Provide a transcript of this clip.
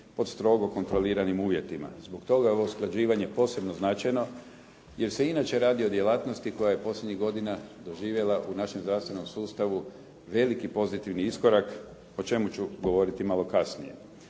pod strogo kontroliranim uvjetima. Zbog toga je ovo usklađivanje posebno značajno jer se inače radi o djelatnosti koja je posljednjih godina doživjela u našem zdravstvenom sustavu veliki pozitivni iskorak o čemu ću govoriti malo kasnije.